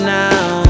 now